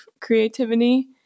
creativity